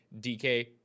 DK